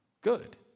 Good